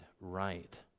right